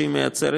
שהיא מייצרת,